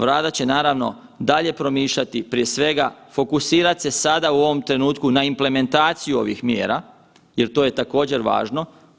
Vlada će naravno dalje promišljati, prije svega fokusirat se sada u ovom trenutku na implementaciju ovih mjera jer to je također važno.